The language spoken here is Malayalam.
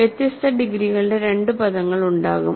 വ്യത്യസ്ത ഡിഗ്രികളുടെ രണ്ട് പദങ്ങൾ ഉണ്ടാകും